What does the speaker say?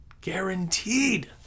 Guaranteed